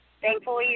Thankfully